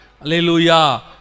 Alleluia